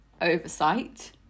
oversight